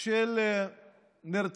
של 20